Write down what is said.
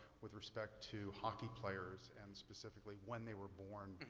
with respect to hockey players and specifically when they were born.